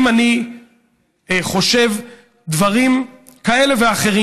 אם אני חושב דברים כאלה ואחרים,